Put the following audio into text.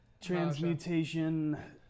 transmutation